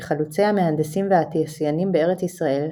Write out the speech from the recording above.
מחלוצי המהנדסים והתעשיינים בארץ ישראל,